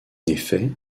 effet